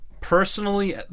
personally